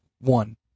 One